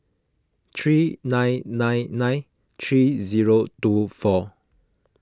three nine nine nine three zero two four